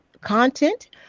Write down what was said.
content